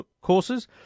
courses